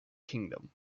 kingdom